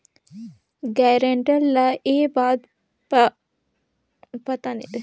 guarantor ल ए बात कर पता नी रहें कि जेन मइनसे कर ओ गारंटर बनिस अहे ओहर समे उपर किस्त ल नी पटात अहे